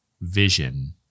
vision